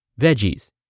veggies